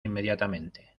inmediatamente